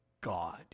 God